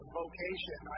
vocation